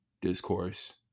discourse